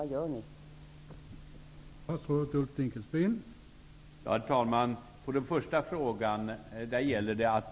Vad görs i den frågan?